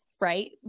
right